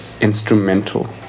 instrumental